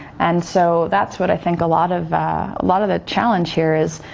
and so that's what i think a lot of lot of the challenge here is.